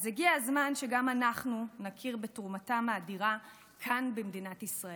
אז הגיע הזמן שגם אנחנו נכיר בתרומתם האדירה כאן במדינת ישראל.